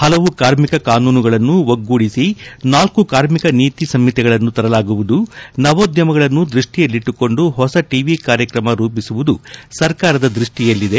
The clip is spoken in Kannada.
ಹಲವು ಕಾರ್ಮಿಕ ಕಾನೂನುಗಳನ್ನು ಒಗ್ಗೂಡಿಸಿ ನಾಲ್ಕು ಕಾರ್ಮಿಕ ನೀತಿ ಸಂಹಿತೆಗಳನ್ನು ತರಲಾಗುವುದು ನವೋದ್ಯಮಗಳನ್ನು ದೃಷ್ಟಿಯಲ್ಲಿಟ್ಟುಕೊಂದು ಹೊಸ ಟಿವಿ ಕಾರ್ಯಕ್ರಮ ರೂಪಿಸುವುದು ಸರ್ಕಾರದ ದೃಷ್ಟಿಯಲ್ಲಿದೆ